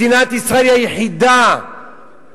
מדינת ישראל היא היחידה שבאמת